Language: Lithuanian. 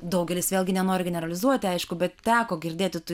daugelis vėlgi nenoriu generalizuoti aišku bet teko girdėti tų